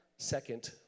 second